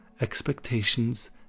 expectations